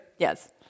Yes